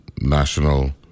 National